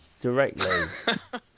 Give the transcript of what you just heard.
directly